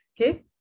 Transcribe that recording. okay